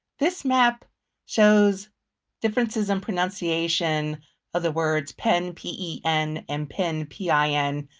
this map shows differences in pronunciation of the words pen, p e n, and pin, p i n,